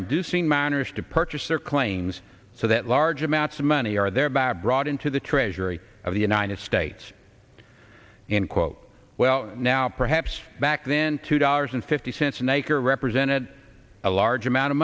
inducing miners to purchase their claims so that large amounts of money are there bab brought into the treasury of the united states and quote well now perhaps back then two dollars and fifty cents an acre represented a large amount of